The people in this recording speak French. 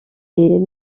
est